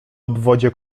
obwodzie